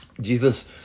Jesus